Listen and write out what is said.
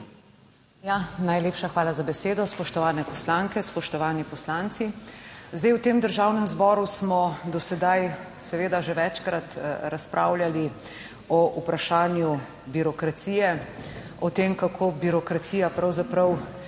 NP): Najlepša hvala za besedo, spoštovane poslanke, spoštovani poslanci. V tem Državnem zboru smo do sedaj seveda že večkrat razpravljali o vprašanju birokracije, o tem kako birokracija pravzaprav duši